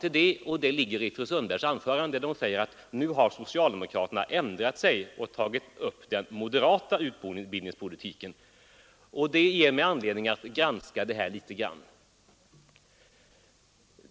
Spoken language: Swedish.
Fru Sundberg sade nämligen i sitt anförande att nu har socialdemokraterna ändrat sig och tagit upp den moderata utbildningspolitiken. Det ger mig anledning att kort granska denna politik.